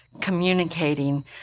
communicating